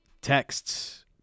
texts